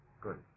good